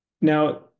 Now